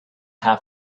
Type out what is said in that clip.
have